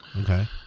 Okay